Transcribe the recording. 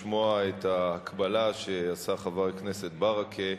לשמוע את ההקבלה שעשה חבר הכנסת ברכה.